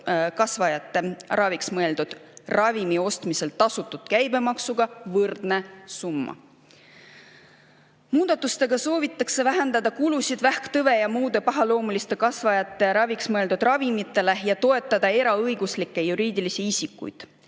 kasvajate raviks mõeldud ravimi ostmisel tasutud käibemaksuga võrdne summa. Muudatustega soovitakse vähendada kulusid vähktõve ja muude pahaloomuliste kasvajate raviks mõeldud ravimitele ja toetada eraõiguslikke juriidilisi isikuid